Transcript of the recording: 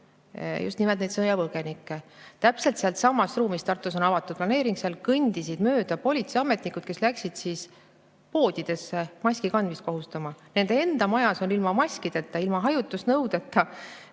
just nimelt sõjapõgenikke. Täpselt sealtsamast ruumist – Tartus on avatud planeering – kõndisid mööda politseiametnikud, kes läksid poodidesse maskikandmist kohustama. Nende enda majas on ilma maskideta, ilma hajutusnõudeta